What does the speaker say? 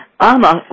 ama